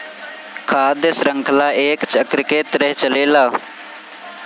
खाद्य शृंखला एक चक्र के तरह चलेला